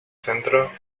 centro